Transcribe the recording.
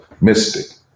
mystic